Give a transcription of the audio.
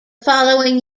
following